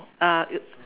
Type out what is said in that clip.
oh uh it